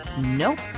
Nope